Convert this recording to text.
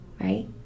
Right